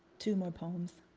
two more poems.